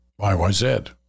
YYZ